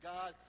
God